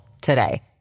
today